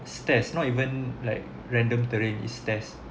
stairs not even like random terrain is stairs